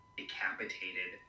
decapitated